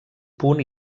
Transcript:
punt